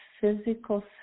physical